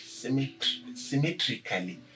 symmetrically